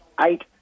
eight